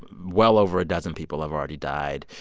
well over a dozen people have already died.